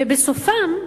ובסופם,